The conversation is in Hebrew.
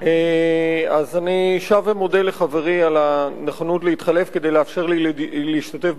אז אני שב ומודה לחברי על הנכונות להתחלף כדי לאפשר לי להשתתף בדיון